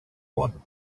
one